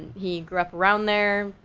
he grew up around there,